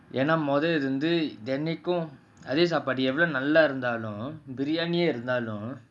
எனாமொதஇதுவந்துதெனைக்கும்அதேசாப்பாடுஎவ்ளோநல்லஇருந்தாலும்பிரியாணியேஇருந்தாலும்:yena modha idhu vandhu thenaikum adhe sapadu evlo nalla irunthalum biriyanie irunthalum